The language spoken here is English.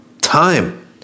time